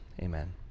Amen